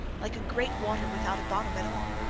like a great water without a bottom at all.